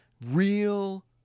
Real